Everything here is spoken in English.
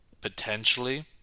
potentially